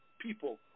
people